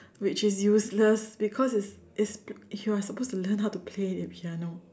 which is useless because it's it's you're supposed to learn how to play the piano